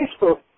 Facebook